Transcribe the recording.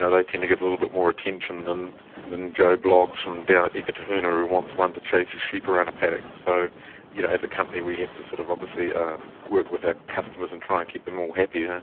ah they tend to get a little bit more attention than than joe bloggs from down at eketahuna who wants one to chase his sheep around a paddock. so you know as a company we have to sort of obviously um work with our customers and try and keep them all happy.